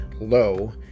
low